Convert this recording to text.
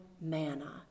manna